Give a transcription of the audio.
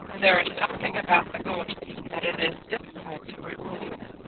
there is something about the ghosts that it is difficult to remove.